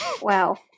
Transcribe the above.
Wow